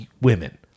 women